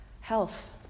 health